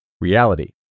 Reality